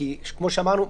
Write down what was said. כי כמו שאמרנו,